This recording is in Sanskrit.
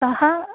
कः